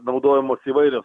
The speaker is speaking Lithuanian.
naudojamos įvairios